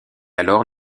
alors